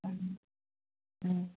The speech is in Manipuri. ꯎꯝ ꯎꯝ